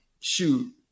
shoot